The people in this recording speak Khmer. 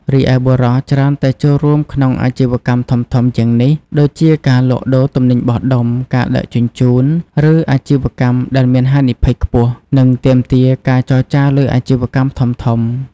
រីឯបុរសច្រើនតែចូលរួមក្នុងអាជីវកម្មធំៗជាងនេះ ដូចជាការលក់ដូរទំនិញបោះដុំ ការដឹកជញ្ជូន ឬអាជីវកម្មដែលមានហានិភ័យខ្ពស់ និងទាមទារការចរចាលើអាជីវកម្មធំៗ។